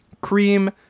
cream